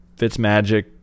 Fitzmagic